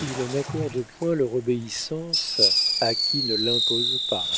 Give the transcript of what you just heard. ils n'accordent point leur obéissance à qui ne l'impose pas